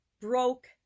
broke